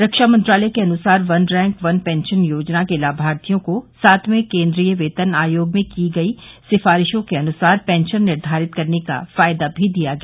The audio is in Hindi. रक्षा मंत्रालय के अनुसार वन रैंक वन पेंशन योजना के लाभार्थियों को सातवें केन्द्रीय वेतन आयोग में की गई सिफारिशों के अनुसार पेंशन निर्धारित करने का फायदा भी दिया गया